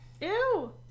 Ew